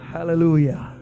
Hallelujah